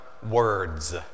words